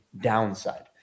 downside